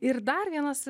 ir dar vienas